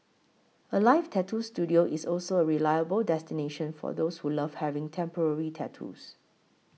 Alive Tattoo Studio is also a reliable destination for those who love having temporary tattoos